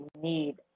need